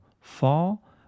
fall